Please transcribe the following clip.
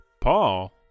Paul